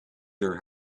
your